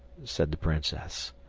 said the princess.